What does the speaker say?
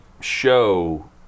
show